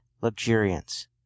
luxuriance